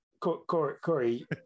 Corey